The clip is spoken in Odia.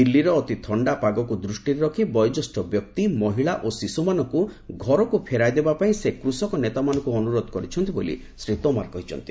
ଦିଲ୍ଲୀର ଅତି ଥଶ୍ଚା ପାଗକୁ ଦୃଷ୍ଟିରେ ରଖି ବୟୋଜ୍ୟୋଷ୍ଠ ବ୍ୟକ୍ତି ମହିଳା ଓ ଶିଶୁମାନଙ୍କୁ ଘରକୁ ଫେରାଇଦେବା ପାଇଁ ସେ କୃଷକ ନେତାମାନଙ୍କୁ ଅନ୍ତରୋଧ କରିଛନ୍ତି ବୋଲି ଶୀ ତୋମାର କହିଛନ୍ତି